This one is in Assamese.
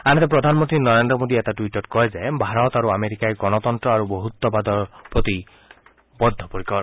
আনহাতে প্ৰধানমন্তী নৰেন্দ্ৰ মোদীয়ে এটা টুইটত কয় যে ভাৰত আৰু আমেৰিকাই গণতন্ত্ৰ আৰু বহুতত্বৱাদৰ প্ৰতি বদ্ধপৰিকৰ